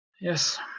Yes